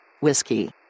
Whiskey